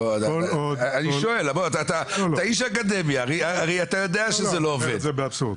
אתה איש אקדמיה, אתה יודע שזה לא עובד.